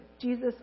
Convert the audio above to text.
Jesus